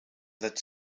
that